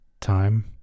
Time